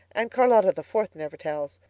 and charlotta the fourth never tells.